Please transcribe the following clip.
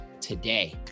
today